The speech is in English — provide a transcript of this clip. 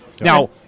Now